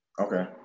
Okay